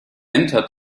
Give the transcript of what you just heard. enter